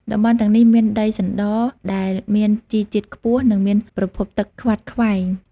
តំបន់ទាំងនេះមានដីសណ្ត ដែលមានជីជាតិខ្ពស់ និងមានប្រភពទឹកខ្វាត់ខ្វែង។